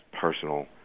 personal